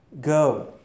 go